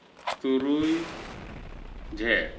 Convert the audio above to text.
ᱛᱩᱨᱩᱭ ᱡᱷᱮᱸᱴ